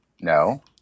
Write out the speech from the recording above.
No